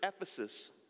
Ephesus